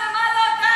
בעיניך זה לא דת.